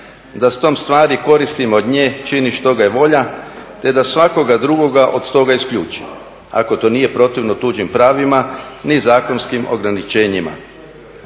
da s tom stvari koristi od nje, čini što ga je volja, te da svakoga drugoga od toga isključi ako to nije protivno tuđim pravima ni zakonskim ograničenjima.